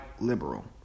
liberal